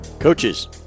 Coaches